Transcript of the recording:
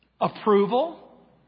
Approval